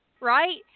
right